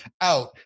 out